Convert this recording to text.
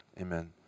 Amen